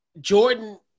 Jordan